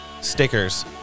stickers